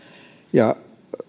ja